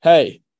Hey